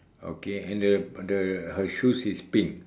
okay and the the her shoes is pink